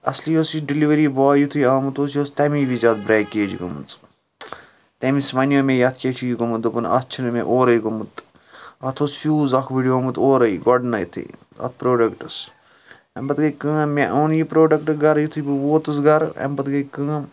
اَصلِی اوس یہِ delivery boy یُتُھے آمُت اُوس یہِ اُوس تِمے وِز اَتھ بریکیج گٔمٕژ تٔمِس وَنیو مےٚ یَتھ کِیٛاہ چھُ یہِ گوٚمُت دوٚپُن اَتھ چھُ مٚے اورَے گوٚمُت اَتھ اوس شُوز اَکھ وُڑیومُت اورَے گۄڈٕنیٚتھٕے اَتھ پروڈکٹَس امہِ پَتہٕ گٔے کٲم مےٚ اوٚن یہِ پروڈَکٹ گَرٕ یِتُھے بہٕ ووتُس گَرٕ امہِ پَتہٕ گٔے کٲم